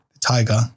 tiger